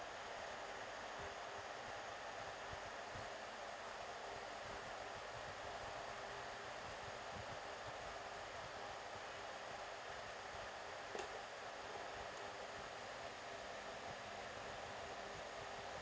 and